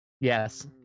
Yes